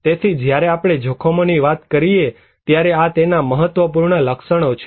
તેથી જ્યારે આપણે જોખમોની વાત કરીએ ત્યારે આ તેના મહત્વપૂર્ણ લક્ષણો છે